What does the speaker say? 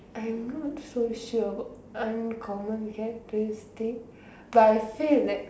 I'm not so sure what uncommon characteristic but I'll say that